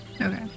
okay